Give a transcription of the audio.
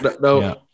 no